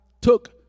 took